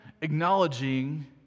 acknowledging